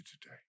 today